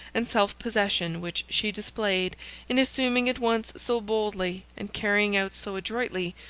and self-possession which she displayed in assuming at once so boldly, and carrying out so adroitly,